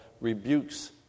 rebukes